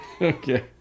Okay